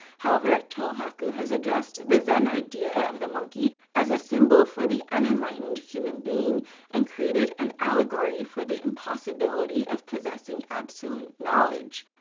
however, tohaku has addressed the zen idea of the monkey as a symbol for the unenlightened human being and created an allegory of the impossibility of possessing absolute knowledge.